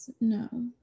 No